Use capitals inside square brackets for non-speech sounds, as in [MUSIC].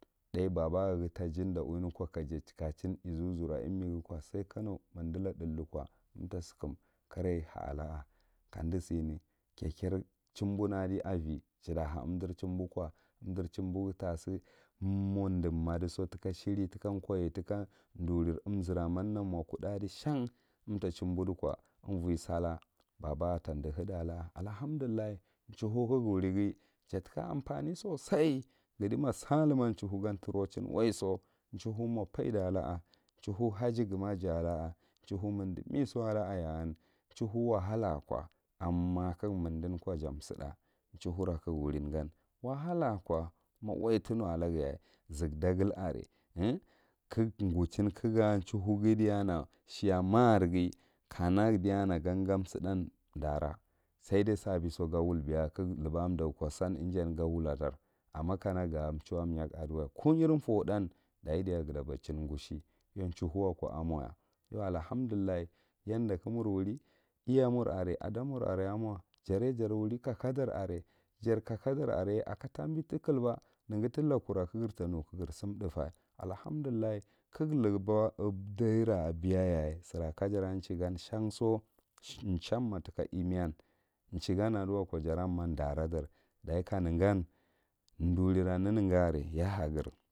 Thaye babaghi ta jiɗɗa uwine ko ka ja chikkachinn izuzura imigha ko sai kano ma unda lathalli ko kamadi ra sikum karai ha ala a kamdi sine kekeri ehumban naadi avi jata ha umdre chumbo ko umdre humboghi tasino deye madeso tika sheri tikoye ɗuriy umzutamanna mo kuɗɗaɗi shaan umta chumbo ɗiko umvoiy baba a tadihedi ala a, allahamdullah hauhughi ghawrighi ja tika umfane sosai, nghdima shaman chauhu mo faola ola a chaiha haji gumaji ala a chauhu minɗi meso ala a ya an chuhu wahala ko amma ka ga mindin ko jam suɗɗa chaihura kaga wurin gan, wahala a ko, ma wai tinu a laghala a ko, ma wai tinu a laghala, zukdagle are [HESITATION] kagu ghuchin ka ga houhu ghu diyana sheya makirghi kanak diyana ga gam suɗan ɗara, said ai sabeso ga wul beya ka ghu laba a ko dakku ko san mjan beya ga wulladar amma ka ga chuwwako myhagu a duwa, kuurri fourɗhan, daye diya ga ta badichin gushe yau challhu wa ko a mo ya, yau allahamdullah, yanɗa ka mur wuri iya mur are ada mundi are a mo, jorye jor wuri kaka dar are jar kaka darye a katambi tiklba, nege tilakura kagir tanuwa kagir sum thufe allahamdullah ka ga luba adera abeyaye sira ka jara chigan shanso chanuna tika imiyan chigan aduwako jara ma dara dar daye ka negan durira neneghi are yahagir.